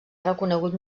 reconegut